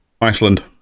Iceland